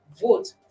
vote